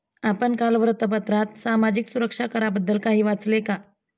आपण काल वृत्तपत्रात सामाजिक सुरक्षा कराबद्दल काही वाचले का?